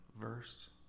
versed